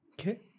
okay